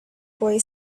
boy